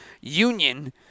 union